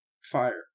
fire